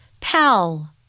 Pal